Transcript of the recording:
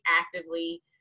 actively